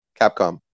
Capcom